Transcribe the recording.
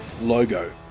logo